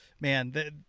man